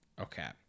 Okay